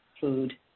food